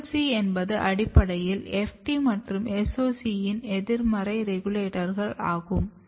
FLC என்பது அடிப்படையில் FT மற்றும் SOC1 இன் எதிர்மறை ரெகுலேட்டர் ஆகும்